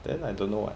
then I don't know what